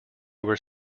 were